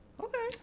Okay